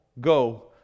go